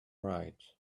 right